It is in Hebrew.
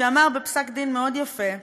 שאמר בפסק דין מאוד יפה: